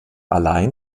allein